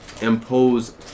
impose